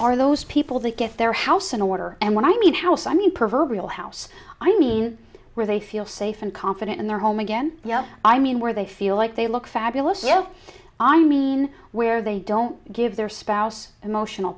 are those people that get their house in order and when i mean house i mean proverbial house i mean where they feel safe and confident in their home again i mean where they feel like they look fabulous you know i mean where they don't give their spouse emotional